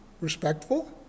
respectful